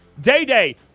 Day-Day